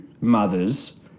mothers